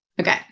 Okay